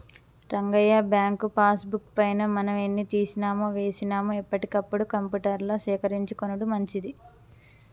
Rangayya bank passbook పైన మనం ఎన్ని తీసినామో వేసినాము ఎప్పటికప్పుడు కంప్యూటర్ల సేకరించుకొనుడు మంచిది